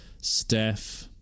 Steph